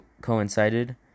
coincided